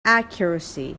accuracy